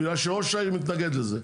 בגלל שראש העיר מתנגד לזה.